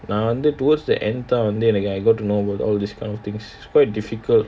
நான் வந்து:naan wanthu towards the end தான் வந்து:thaan wanthu all this kind of thing is quite difficult